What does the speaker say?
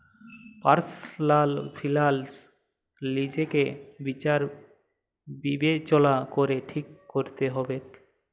personal finance লিজেকে বিচার বিবেচলা ক্যরে ঠিক ক্যরতে হবেক